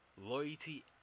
loyalty